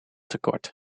tekort